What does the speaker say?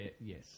yes